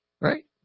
Right